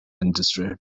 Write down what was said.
industry